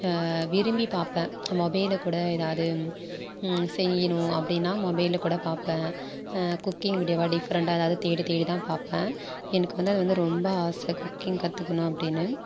விரும்பிப் பார்ப்பேன் மொபைலக்கூட ஏதாது செய்யணும் அப்படினா மொபைலில் கூட பார்ப்பேன் குக்கிங் வீடியோவா டிஃப்ரெண்டாக ஏதாது தேடி தேடி தான் பார்ப்பேன் எனக்கு வந்து அது வந்து ரொம்ப ஆசை குக்கிங் கற்றுக்கணும் அப்படினு